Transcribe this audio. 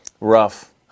Rough